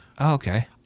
Okay